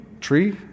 tree